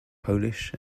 polish